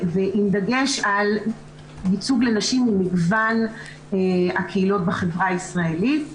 עם דגש על ייצוג לנשים ממגוון הקהילות בחברה הישראלית.